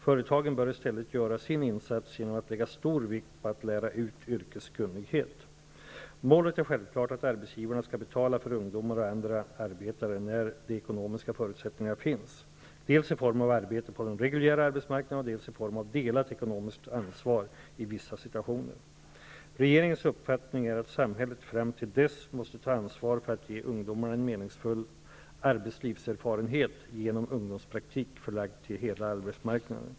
Företagen bör i stället göra sin insats genom att lägga stor vikt vid att lära ut yrkeskunnighet. Målet är självklart att arbetsgivarna skall betala för ungdomar och andra arbetare när de ekonomiska förutsättningarna finns, dels i form av arbete på den reguljära arbetsmarknaden, dels i form av delat ekonomiskt ansvar i vissa situationer. Regeringens uppfattning är att samhället fram till dess måste ta ansvar för att ge ungdomarna en meningsfull arbetslivserfarenhet genom ungdomspraktik förlagd till hela arbetsmarknaden.